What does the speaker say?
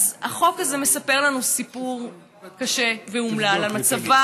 אז החוק הזה מספר לנו סיפור קשה ואומלל על מצבה